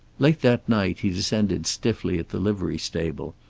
late that night he descended stiffly at the livery stable,